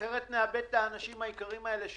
אחרת נאבד את האנשים היקרים האלה,